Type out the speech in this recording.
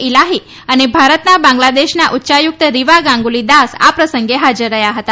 ઈલાહી અને ભારતમાં બાંગ્લાદેશના ઉચ્યાયુક્ત રિવા ગાંગુલીદાસ આ પ્રસંગે હાજર રહ્યા હતા